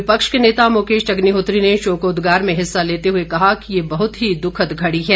विपक्ष के नेता मुकेश अग्निहोत्री ने शोकोद्गार में हिस्सा लेते हुए कहा कि यह बहुत ही दुखद घड़ी है